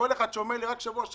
שיש בעיות.